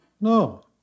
No